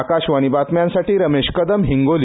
आकाशवाणी बातम्यांसाठी रमेश कदम हिंगोली